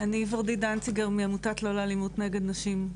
אני ורדית דנציגר מעמותת "לא לאלימות נגד נשים".